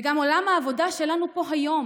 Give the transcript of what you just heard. וגם עולם העבודה שלנו פה היום